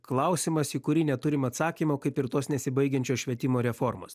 klausimas į kurį neturim atsakymo kaip ir tos nesibaigiančios švietimo reformos